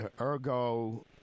ergo